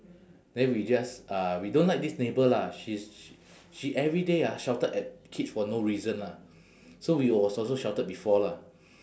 then we just uh we don't like this neighbour lah she's sh~ she everyday ah shouted at kids for no reason lah so we was also shouted before lah